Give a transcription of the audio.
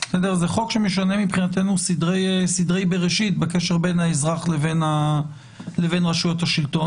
זה חוק שמשנה מבחינתנו סדרי בראשית בקשר בין האזרח לבין רשויות השלטון,